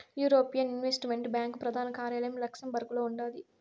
European investment bank ప్రదాన కార్యాలయం లక్సెంబర్గులో ఉండాది